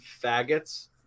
faggots